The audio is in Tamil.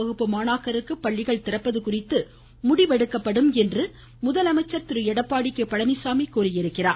வகுப்பு மாணாக்கருக்கு பள்ளிகள் திறப்பது குறித்து முடிவெடுக்கப்படும் என்று முதலமைச்சர் திரு எடப்பாடி கே பழனிச்சாமி கூறியிருக்கிறார்